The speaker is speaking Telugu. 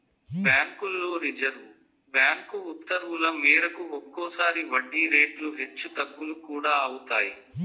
బ్యాంకుల్లో రిజర్వు బ్యాంకు ఉత్తర్వుల మేరకు ఒక్కోసారి వడ్డీ రేట్లు హెచ్చు తగ్గులు కూడా అవుతాయి